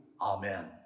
Amen